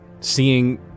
seeing